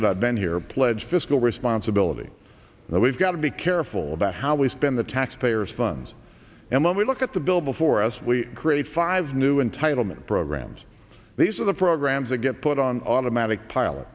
that i've been here pledge fiscal responsibility and we've got to be careful about how we spend the taxpayers funds and when we look at the bill before us we create five new entitlement programs these are the programs that get put on automatic pilot